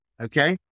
okay